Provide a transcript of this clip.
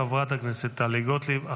חברת הכנסת טלי גוטליב.